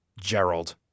Gerald